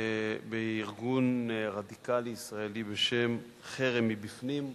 בארגון רדיקלי ישראלי בשם "חרם מבפנים",